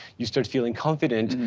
you start feeling confident.